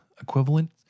equivalent